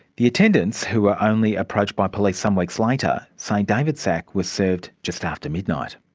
the attendants, who were only approached by police some weeks later, say david szach was served just after midnight.